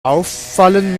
auffallen